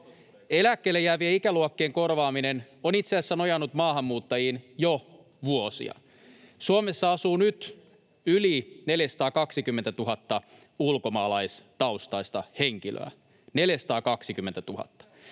Eläkkeelle jäävien ikäluokkien korvaaminen on itse asiassa nojannut maahanmuuttajiin jo vuosia. Suomessa asuu nyt yli 420 000 ulkomaalaistaustaista henkilöä — 420 000.